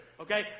Okay